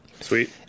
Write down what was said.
sweet